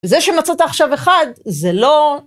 זה שמצאת עכשיו אחד, זה לא...